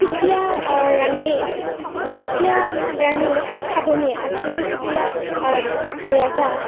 চুতীয়া ৰাণী চুতীয়া ৰাণী সাধনী আচলতে চুতীয়া ৰজা